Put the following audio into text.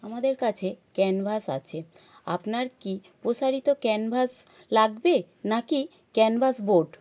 আমাদের কাছে ক্যানভাস আছে আপনার কি প্রসারিত ক্যানভাস লাগবে না কি ক্যানভাস বোর্ড